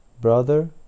brother